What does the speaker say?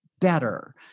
better